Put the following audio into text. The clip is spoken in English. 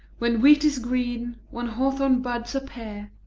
when wheat is green, when hawthorn buds appear.